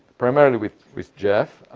primarily with with jeff.